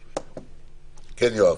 יואב,